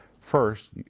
First